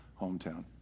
hometown